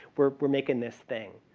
we're we're making this thing.